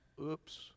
oops